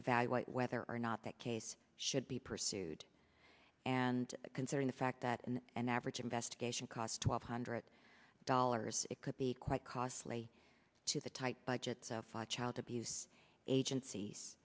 evaluate whether or not that case should be pursued and considering the fact that an average investigation costs twelve hundred dollars it could be quite costly to the tight budgets of a child abuse